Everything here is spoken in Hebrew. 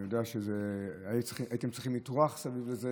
אני יודע שהייתם צריכים לטרוח סביב זה,